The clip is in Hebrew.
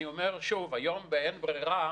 היום כל הגוף מתגייס ביום ראשון,